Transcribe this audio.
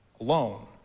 alone